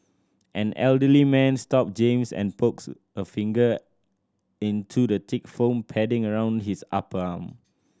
an elderly man stop James and pokes a finger into the thick foam padding around his upper arm